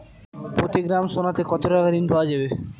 প্রতি গ্রাম সোনাতে কত টাকা ঋণ পাওয়া যাবে?